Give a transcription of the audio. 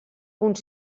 unes